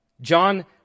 John